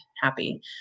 happy